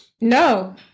No